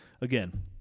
Again